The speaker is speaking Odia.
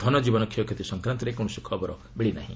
ଧନଜୀବନ କ୍ଷୟକ୍ଷତି ସଂକ୍ରାନ୍ତରେ କୌଣସି ଖବର ମିଳିନାହିଁ